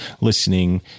listening